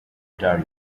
ontario